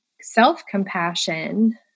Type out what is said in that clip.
self-compassion